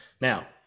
now